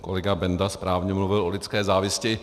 Kolega Benda správně mluvil o lidské závisti.